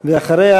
ואחריה,